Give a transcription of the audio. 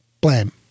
Blam